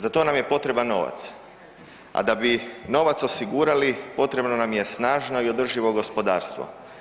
Za to nam je potreban novac, a da bi novac osigurali potrebno nam je snažno i održivo gospodarstvo.